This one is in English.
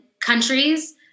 countries